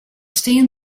stean